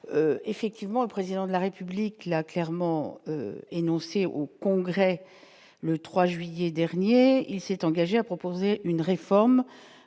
effectivement, un président de la République l'a clairement énoncé au Congrès le 3 juillet dernier il. S'est engagé à proposer une réforme